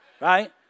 right